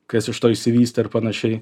kas iš to išsivysto ir panašiai